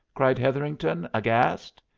cried hetherington, aghast.